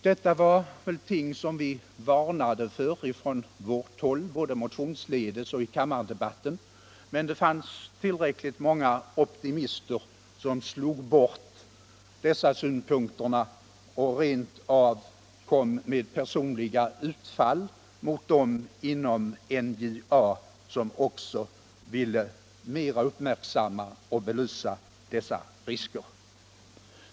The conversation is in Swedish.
Detta var ting som vi varnade för från vårt håll, både motionsledes och i kammardebatten, men det fanns tillräckligt många optimister som slog bort dessa synpunkter och rentav kom med personliga utfall mot dem inom Statsföretag och NJA som också ville vara mera uppmärksamma och belysa dessa risker.